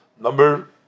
Number